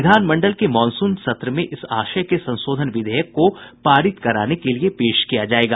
विधानमंडल के मॉनसून सत्र में इस आशय के संशोधन विधेयक को पारित कराने के लिये पेश किया जायेगा